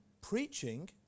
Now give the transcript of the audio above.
preaching